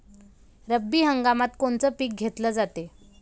रब्बी हंगामात कोनचं पिक घेतलं जाते?